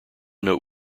note